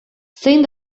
zein